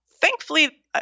Thankfully